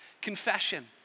confession